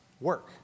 work